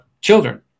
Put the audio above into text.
children